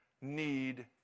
need